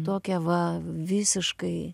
tokią va visiškai